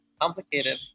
Complicated